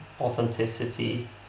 Authenticity